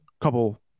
couple